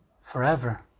forever